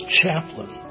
chaplain